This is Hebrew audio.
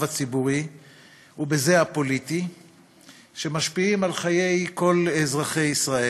הציבורי ובזה הפוליטי ומשפיעות על חיי כל אזרחי ישראל.